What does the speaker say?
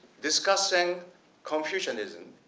discussing confucianism